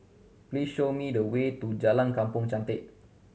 please show me the way to Jalan Kampong Chantek